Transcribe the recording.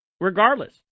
regardless